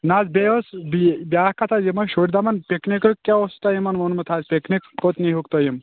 نہٕ حظ بیٚیہِ أس بیٛاکھ کتھ حظ یِم أسۍ شُرۍ دپان پِکنِکُک کیٛاہ اوسوٕ تۅہہِ یِمن ووٚنمُت حظ پِکنِک کوٚت نِیٖہوٗکھ تُہۍ یِم